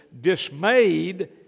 dismayed